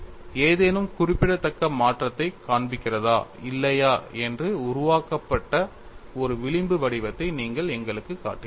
ஏதேனும் குறிப்பிடத்தக்க மாற்றத்தைக் காண்பிக்கிறதா இல்லையா என்று உருவகப்படுத்தப்பட்ட ஒரு விளிம்பு வடிவத்தை நீங்கள் எங்களுக்குக் காட்டுகிறீர்கள்